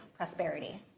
prosperity